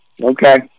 Okay